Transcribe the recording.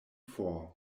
for